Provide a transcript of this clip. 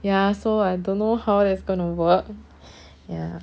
ya so I don't know how it's gonna work ya